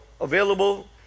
available